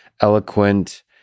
eloquent